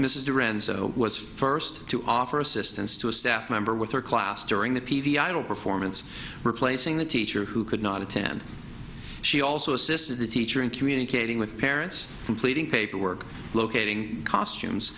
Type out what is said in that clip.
is the renzo was first to offer assistance to a staff member with her class during the pediatric performance replacing the teacher who could not attend she also assisted the teacher in communicating with parents completing paperwork locating costumes